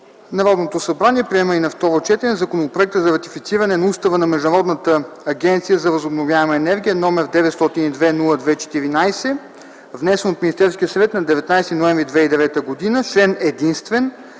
Народното събрание приема на второ четене: „ЗАКОН за ратифициране на Устава на Международната агенция за възобновяема енергия, № 902-02-14, внесен от Министерския съвет на 19 ноември 2009 г. Член единствен.